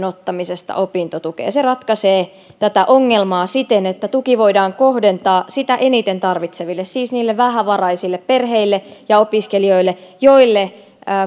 ottamisesta opintotukeen se ratkaisee tätä ongelmaa siten että tuki voidaan kohdentaa sitä eniten tarvitseville siis niille vähävaraisille perheille ja opiskelijoille joille